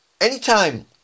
anytime